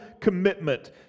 commitment